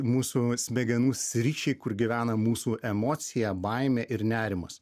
mūsų smegenų sričiai kur gyvena mūsų emocija baimė ir nerimas